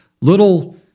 little